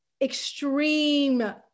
extreme